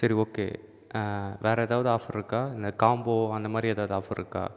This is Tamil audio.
சரி ஓகே வேறு ஏதாவது ஆஃபர்யிருக்கா இந்த காம்போ அந்த மாதிரி ஏதாவது ஆஃபர்யிருக்கா